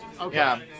Okay